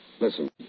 Listen